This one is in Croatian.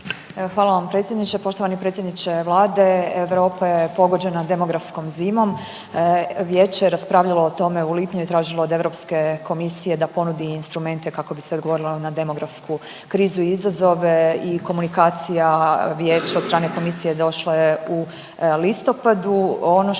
Hvala vam predsjedniče. Poštovani predsjedniče Vlade, Europa je pogođena demografskom zimom. Vijeće je raspravljalo o tome u lipnju i tražilo od Europske komisije da ponudi instrumente kako bi se odgovorilo na demografsku krizu i izazove i komunikacija Vijeća od strane komisije došla je u listopadu.